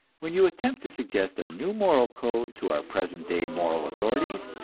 when you attempt to suggest a new moral code to our present day moral authorities,